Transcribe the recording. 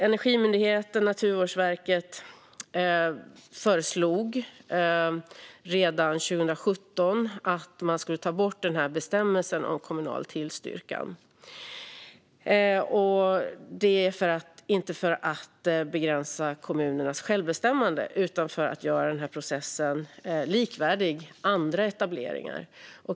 Energimyndigheten och Naturvårdsverket föreslog redan 2017 att man skulle ta bort bestämmelsen om kommunal tillstyrkan, inte för att begränsa kommunernas självbestämmande utan för att göra processen likvärdig med vad som gäller för andra etableringar.